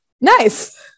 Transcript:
nice